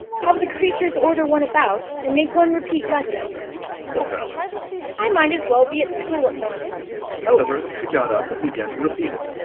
how the creatures order one about, and make one repeat lessons thought alice i might as well be at school at once however, she got up, and began to repeat it,